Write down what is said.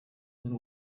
z’u